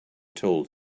told